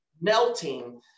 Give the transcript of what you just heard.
melting